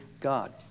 God